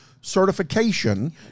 certification